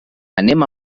anem